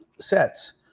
sets